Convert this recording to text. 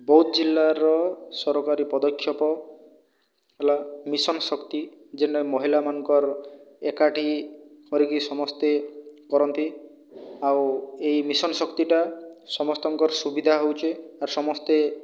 ବୌଦ୍ଧ ଜିଲ୍ଲାର ସରକାରୀ ପଦକ୍ଷେପ ହେଲା ମିଶନ ଶକ୍ତି ଯେନ୍ରେ ମହିଲାମାନଙ୍କର ଏକାଠି କରିକି ସମସ୍ତେ କରନ୍ତି ଆଉ ଏଇ ମିଶନ ଶକ୍ତିଟା ସମସ୍ତଙ୍କର୍ ସୁବିଧା ହେଉଛେ ଆର୍ ସମସ୍ତେ